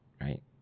right